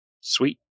Sweet